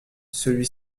celui